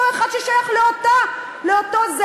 אותו אחד ששייך לאותו זרם.